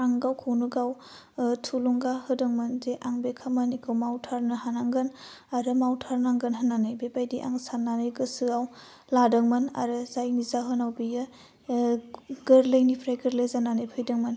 आं गावखौनो गाव थुलुंगा होदोंमोन जे आं बे खामानिखौ मावथारनो हानांगोन आरो मावथारनांगोन होन्नानै बेबायदि आं सान्नानै गोसोआव लादोंमोन आरो जायनि जाहोनाव बियो गोरलैनिफ्राय गोरलै जानानै फैदोंमोन